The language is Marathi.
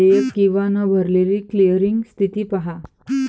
देयक किंवा न भरलेली क्लिअरिंग स्थिती पहा